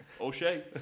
O'Shea